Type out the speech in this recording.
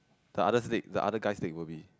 the other's leg the other guy's leg will be